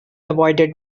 avoided